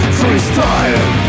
Freestyle